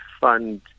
fund